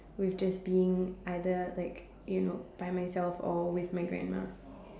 with just being either like you know by myself or with my grandma